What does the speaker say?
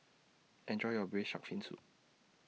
Enjoy your Braised Shark Fin Soup